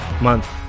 month